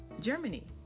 Germany